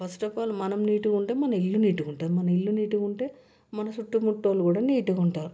first of all మనం నీట్గా ఉంటే మన ఇల్లు నీట్గా ఉంటుంది మన ఇల్లు నీట్గా ఉంటే మన చుట్టు ముట్టు వాళ్ళు కూడా నీట్గా ఉంటారు